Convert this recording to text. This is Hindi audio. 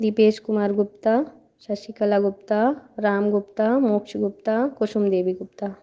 दीपेश कुमार गुप्ता शशिकला गुप्ता राम गुप्ता मोक्ष गुप्ता कुशुम देवी गुप्ता